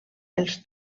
els